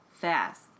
fast